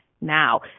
now